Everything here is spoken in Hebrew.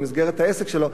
במסגרת העסק שלו.